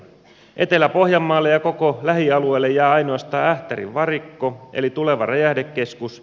etelä pohjanmaalle ja koko lähialueelle jää ainoastaan ähtärin varikko eli tuleva räjähdekeskus